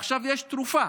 עכשיו יש תרופה.